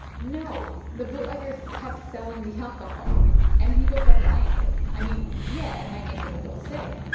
no, the bootleggers kept selling the alcohol and people kept buying it. i mean, yeah, it might make them a little sick.